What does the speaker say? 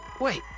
Wait